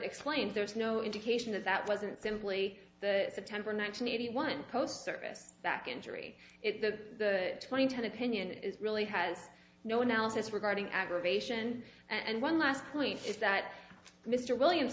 explains there's no indication that that wasn't simply the september next an eighty one post service back injury if the twenty ten opinion is really has no analysis regarding aggravation and one last point is that mr williams